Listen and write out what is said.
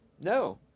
No